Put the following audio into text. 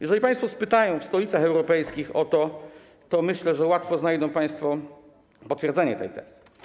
Jeżeli państwo spytają w stolicach europejskich o to, to myślę, że łatwo znajdą państwo potwierdzenie tej tezy.